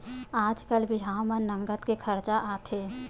आजकाल बिहाव म नँगत के खरचा आथे